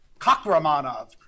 Kakramanov